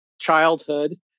childhood